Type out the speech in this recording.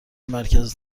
مرکز